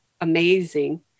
amazing